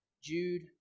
Jude